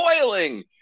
boiling